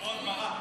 כמו הגמרא.